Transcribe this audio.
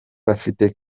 bafite